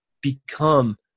Become